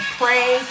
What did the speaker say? pray